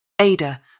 Ada